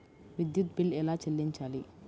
విద్యుత్ బిల్ ఎలా చెల్లించాలి?